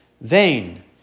vain